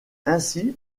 ainsi